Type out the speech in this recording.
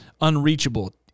unreachable